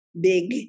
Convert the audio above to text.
big